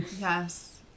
Yes